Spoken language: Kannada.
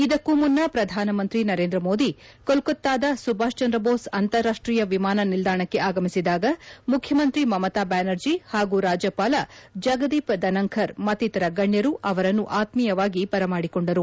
ಇದಕ್ಕೂ ಮುನ್ನಾ ಪ್ರಧಾನಮಂತ್ರಿ ನರೇಂದ್ರಮೋದಿ ಕೊಲ್ಲತ್ತಾದ ಸುಭಾಷ್ಚಂದ್ರಬೋಸ್ ಅಂತರಾಷ್ಷೀಯ ವಿಮಾನ ನಿಲ್ಲಾಣಕ್ಕೆ ಆಗಮಿಸಿದಾಗ ಮುಖ್ಯಮಂತ್ರಿ ಮಮತಾ ಬ್ವಾನರ್ಜಿ ಹಾಗೂ ರಾಜ್ಯಪಾಲ ಜಗದೀಪ್ ಧನಂಕರ್ ಮತ್ತಿತರ ಗಣ್ಯರು ಅವರನ್ನು ಆತ್ಮೀಯವಾಗಿ ಬರಮಾಡಿಕೊಂಡರು